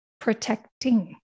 protecting